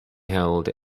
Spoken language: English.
held